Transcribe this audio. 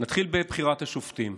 נתחיל בבחירת השופטים.